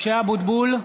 (קורא בשמות חברי הכנסת) משה אבוטבול,